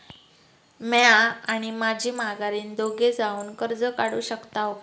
म्या आणि माझी माघारीन दोघे जावून कर्ज काढू शकताव काय?